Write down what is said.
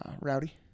rowdy